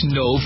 no